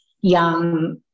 young